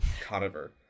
Conover